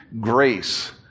grace